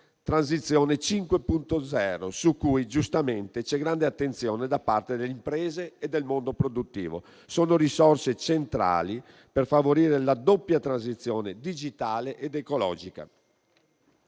Transizione 5.0, su cui giustamente c'è grande attenzione da parte delle imprese e del mondo produttivo. Sono risorse centrali per favorire la doppia transizione digitale ed ecologica.